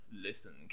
listen